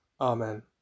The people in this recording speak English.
Amen